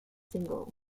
single